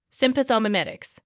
Sympathomimetics